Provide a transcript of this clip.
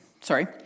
sorry